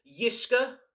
Yiska